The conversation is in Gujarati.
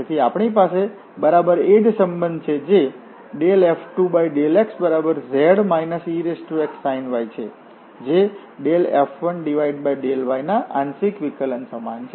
તેથી આપણી પાસે બરાબર એ જ સંબંધ છે જે F2∂xz exsin y છે જે F1∂y ના આંશિક વિકલન સમાન છે